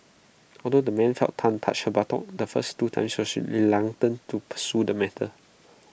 although the man felt Tan touch her buttock the first two she reluctant to pursue the matter